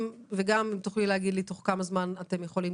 וגם האם תוכלי להגיד לי בתוך כמה זמן אתם יכולים